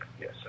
Yes